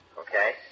Okay